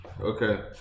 Okay